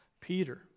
Peter